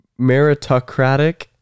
meritocratic